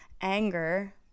anger